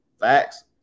facts